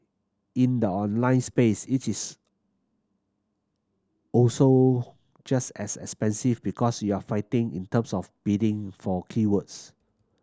in the online space it is also just as expensive because you're fighting in terms of bidding for keywords